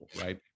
right